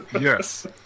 Yes